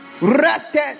rested